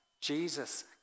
Jesus